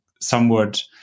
somewhat